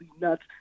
nuts